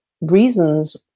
reasons